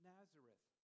Nazareth